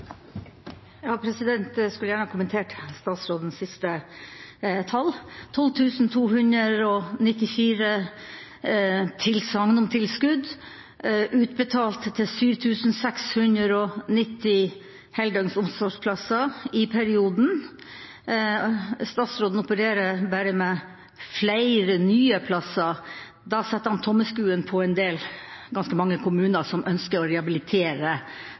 Ja, jeg skulle gjerne kommentert statsrådens siste tall – 12 294 tilsagn om tilskudd utbetalt til 7 690 heldøgns omsorgsplasser i perioden. Statsråden opererer bare med flere nye plasser. Da setter han tommeskruen på en del – det er ganske mange kommuner som ønsker å rehabilitere